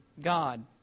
God